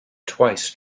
twice